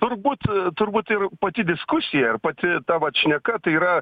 turbūt turbūt ir pati diskusija ir pati ta vat šneka tai yra